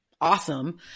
awesome